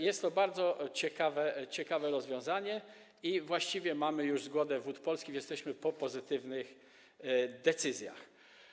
Jest to bardzo ciekawe rozwiązanie i właściwie mamy już zgodę Wód Polskich, jesteśmy po pozytywnych decyzjach.